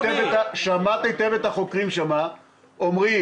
שמעת היטב את החוקרים שם אומרים: